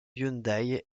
hyundai